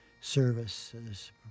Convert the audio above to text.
services